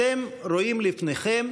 אתם רואים לפניכם